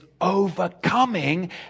overcoming